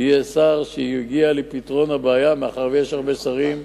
יהיה שר שיגיע לפתרון הבעיה, מאחר שיש הרבה שרים,